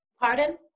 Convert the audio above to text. Pardon